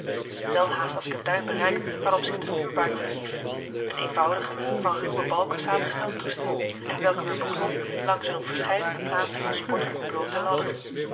welhaast had ik het duin bereikt waarop zich de vuurbaak verhief een eenvoudige van ruwe balken saamgestelde toestel en welken men beklom langs een op verscheidene plaatsen van sporten ontbloote ladder